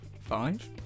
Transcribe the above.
five